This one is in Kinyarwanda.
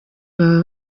baba